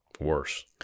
worse